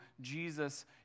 Jesus